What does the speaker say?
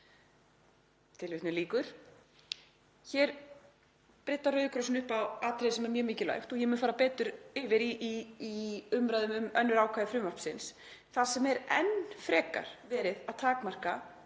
verulega.“ Hér bryddar Rauði krossinn upp á atriði sem er mjög mikilvægt, og ég mun fara betur yfir í umræðum um önnur ákvæði frumvarpsins, þar sem er enn frekar verið að takmarka